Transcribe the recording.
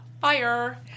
fire